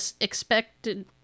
expected